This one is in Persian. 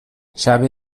شبیه